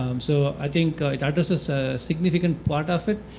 um so i think it addresses a significant part of it.